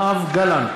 בעד יואב גלנט,